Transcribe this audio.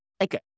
Okay